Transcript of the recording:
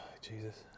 Jesus